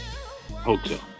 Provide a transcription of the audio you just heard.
Hotel